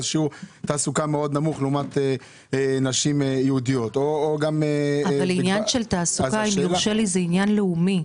מאוד נמוך לעומת נשים יהודיות --- עניין של תעסוקה זה עניין לאומי,